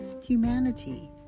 humanity